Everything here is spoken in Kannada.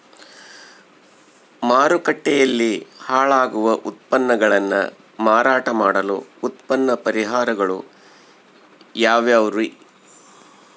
ಮಾರುಕಟ್ಟೆಯಲ್ಲಿ ಹಾಳಾಗುವ ಉತ್ಪನ್ನಗಳನ್ನ ಮಾರಾಟ ಮಾಡಲು ಉತ್ತಮ ಪರಿಹಾರಗಳು ಯಾವ್ಯಾವುರಿ?